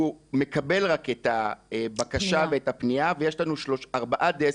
הוא מקבל רק את הבקשה ואת הפנייה ואז יש לנו ארבעה דסקים,